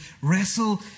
wrestle